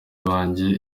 banjye